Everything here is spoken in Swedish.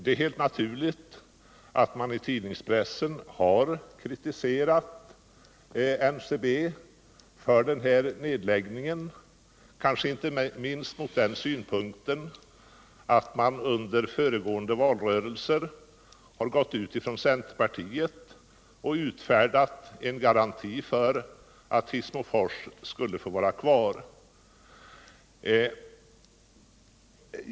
Det är helt naturligt att man i tidningspressen har kritiserat NCB för den här nedläggningen, kanske inte minst från den synpunkten att man under föregående valrörelser gått ut från centerpartiet och utfärdat en garanti för att fabriken i Hissmofors skulle få vara kvar.